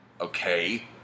Okay